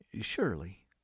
Surely